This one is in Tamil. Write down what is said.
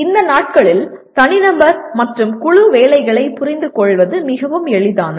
இந்த நாட்களில் தனிநபர் மற்றும் குழு வேலைகளைப் புரிந்துகொள்வது மிகவும் எளிதானது